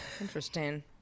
interesting